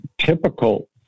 typical